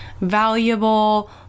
valuable